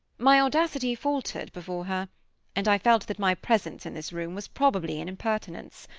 my audacity faltered before her and i felt that my presence in this room was probably an impertinence.